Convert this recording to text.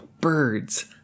Birds